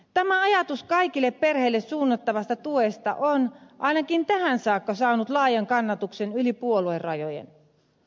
tämä ajatus kaikille perheille suunnattavasta tuesta on ainakin tähän saakka saanut laajan kannatuksen yli puoluerajojen